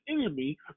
enemy